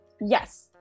Yes